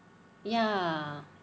ya